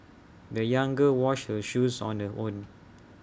the young girl washed her shoes on her own